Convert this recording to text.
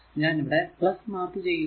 ഞാൻ ഇവിടെ മാർക്ക് ചെയ്യുന്നു